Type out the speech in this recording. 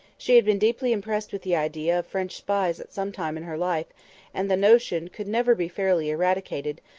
she had been deeply impressed with the idea of french spies at some time in her life and the notion could never be fairly eradicated,